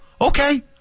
okay